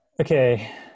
Okay